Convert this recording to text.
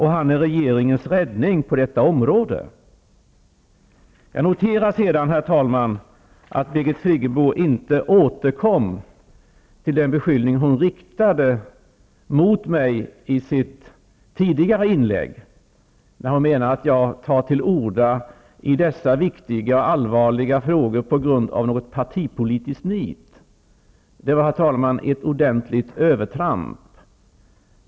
Han är regeringens räddning på det här området. Jag noterar att Birgit Friggebo inte återkom till den beskyllning som hon i sitt tidigare inlägg riktade mot mig när hon sade att jag tagit till orda i dessa viktiga och allvarliga frågor i något partipolitiskt nit. Det var, herr talman, ett ordentligt övertramp.